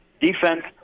defense